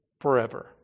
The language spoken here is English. Forever